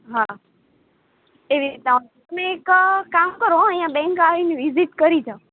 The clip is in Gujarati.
હ આવી રીતનાં તમે એક કામ કરો અહીંયા બેંક આવી ને વિઝિટ કરી જાઓ